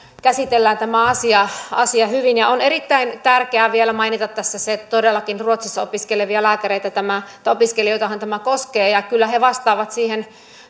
käsitellään tämä asia asia hyvin ja on erittäin tärkeää vielä mainita tässä se että todellakin ruotsissa opiskelevia lääkäreitä tämä koskee tai opiskelijoitahan tämä koskee ja kyllä he vastaavat siihen